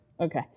Okay